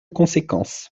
conséquence